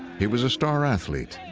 he was a star athlete.